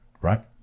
Right